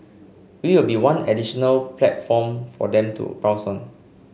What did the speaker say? we will be one additional platform for them to browse on